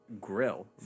grill